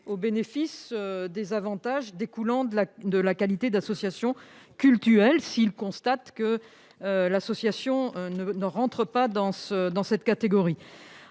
au bénéfice des avantages découlant de la qualité d'associations cultuelles s'il constate que l'association n'entre pas dans cette catégorie.